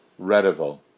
Redival